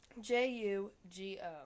J-U-G-O